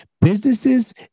Businesses